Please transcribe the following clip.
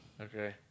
Okay